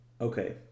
Okay